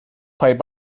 played